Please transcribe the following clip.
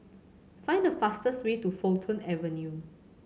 find the fastest way to Fulton Avenue